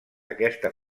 aquesta